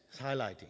highlighting